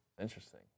Interesting